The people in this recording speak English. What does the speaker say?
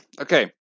Okay